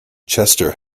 chester